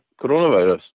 coronavirus